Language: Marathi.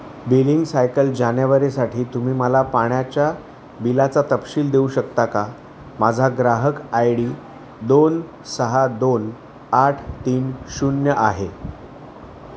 बिलिंग सायकल जानेवारीसाठी तुम्ही मला पाण्याच्या बिलाचा तपशील देऊ शकता का माझा ग्राहक आय डी दोन सहा दोन आठ तीन शून्य आहे